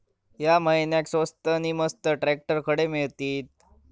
या महिन्याक स्वस्त नी मस्त ट्रॅक्टर खडे मिळतीत?